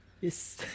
Yes